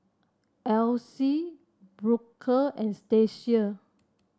Alyse Booker and Stacia